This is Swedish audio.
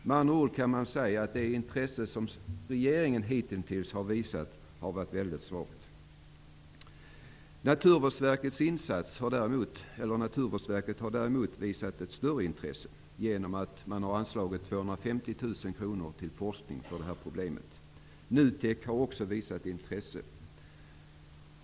Med andra ord kan man säga att det intresse som regeringen hitintills har visat har varit väldigt svalt. Naturvårdsverket har däremot visat ett större intresse genom att anslå 250 000 kr till forskning kring det här problemet. Också NUTEK har visat intresse.